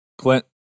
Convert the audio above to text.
Clint